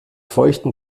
feuchten